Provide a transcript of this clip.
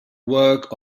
work